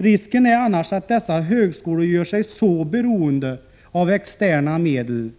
Risken är annars att dessa högskolor gör sig så beroende av externa medel